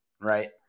right